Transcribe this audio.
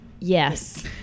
yes